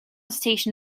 station